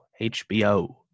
HBO